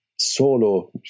Solo